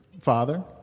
father